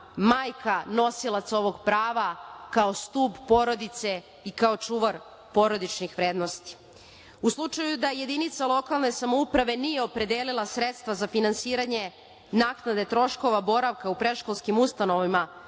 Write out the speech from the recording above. majka nosilac ovog prava kao stub porodice i kao čuvar porodičnih vrednosti.U slučaju da jedinica lokalne samouprave nije opredelila sredstva za finansiranje naknade troškova boravka u predškolskim ustanovama